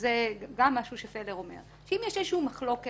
זה גם משהו שפלר אומר, שאם יש איזושהי מחלוקת